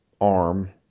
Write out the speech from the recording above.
arm